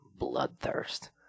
bloodthirst